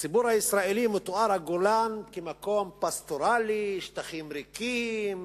בציבור הישראלי מתואר הגולן כמקום פסטורלי: שטחים ריקים,